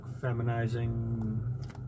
feminizing